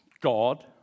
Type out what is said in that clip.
God